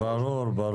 ברור.